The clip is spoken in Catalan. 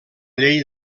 llei